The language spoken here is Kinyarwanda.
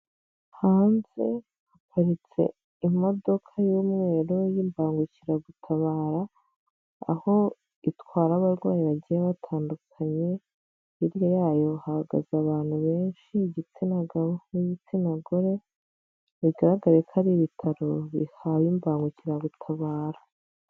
Hanze haparitse imodoka y'umweru y'imbangukiragutabara. Aho itwara abarwayi bagiye batandukanye. Hirya yayo hahagaze abantu benshi igitsina gabo n'igitsina gore, bigaragare ko ari ibitaro bihaye imbagukirarutabara.